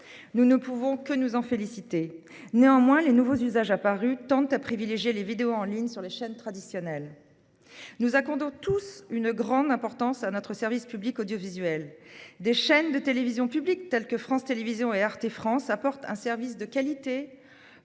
Nous ne pouvons que nous en féliciter. Néanmoins, les nouveaux usages apparus tendent à privilégier les vidéos en ligne plutôt que les chaînes traditionnelles. Nous accordons tous une grande importance à notre service public audiovisuel. Des chaînes de télévision publiques, telles que France Télévisions et Arte France, fournissent un service de qualité,